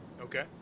Okay